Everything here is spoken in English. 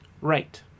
Right